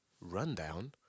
Rundown